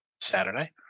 Saturday